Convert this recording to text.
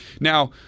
Now